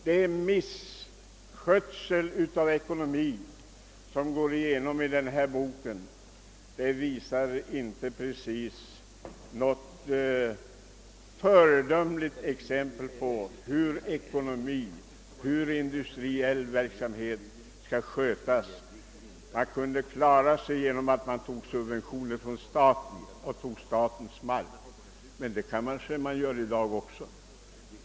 Det är misskötsel av ekonomi som går igenom i denna bok. Den ger inte precis något föredömligt exempel på hur ekonomi och industriell verksamhet skall skötas. Man kunde klara sig genom att ta subventioner från staten, och ta statens mark, men det kanske man gör i dag också.